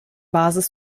basis